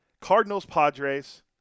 Cardinals-Padres